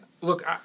look